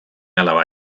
alaba